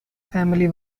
family